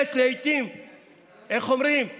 לעיתים יש